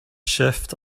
shift